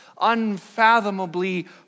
unfathomably